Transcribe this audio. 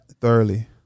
thoroughly